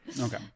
Okay